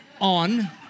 on